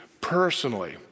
personally